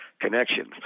connections